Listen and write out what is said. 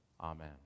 Amen